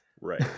Right